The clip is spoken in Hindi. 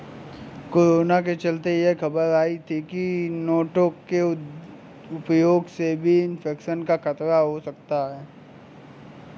कोरोना के चलते यह खबर भी आई थी की नोटों के उपयोग से भी इन्फेक्शन का खतरा है सकता है